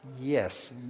Yes